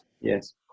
Yes